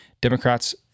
Democrats